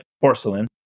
Porcelain